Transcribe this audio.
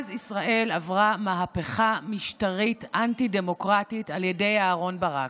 אז ישראל עברה מהפכה משטרית אנטי-דמוקרטית על ידי אהרן ברק.